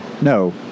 No